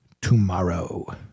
tomorrow